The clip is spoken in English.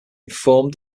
informed